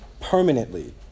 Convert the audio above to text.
permanently